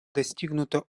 достигнуто